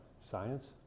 science